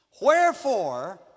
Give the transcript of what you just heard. Wherefore